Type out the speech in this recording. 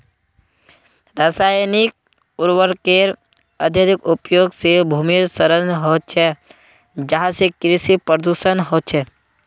रासायनिक उर्वरकेर अत्यधिक उपयोग से भूमिर क्षरण ह छे जहासे कृषि प्रदूषण ह छे